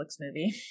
movie